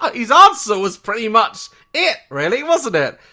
ah his answer was pretty much it really wasn't it?